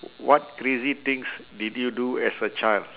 what crazy things did you do as a child